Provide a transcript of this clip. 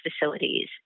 facilities